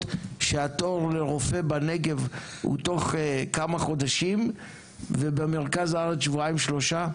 שהתור לרופא בנגב הוא תוך כמה חודשים ובמרכז הארץ שבועיים-שלושה?